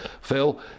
Phil